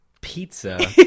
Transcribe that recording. Pizza